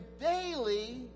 daily